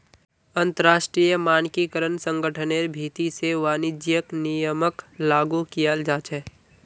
अंतरराष्ट्रीय मानकीकरण संगठनेर भीति से वाणिज्यिक नियमक लागू कियाल जा छे